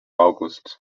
august